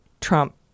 Trump